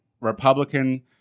republican